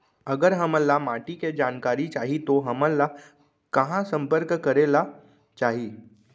अगर हमन ला माटी के जानकारी चाही तो हमन ला कहाँ संपर्क करे ला चाही?